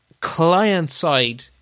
client-side